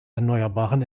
erneuerbaren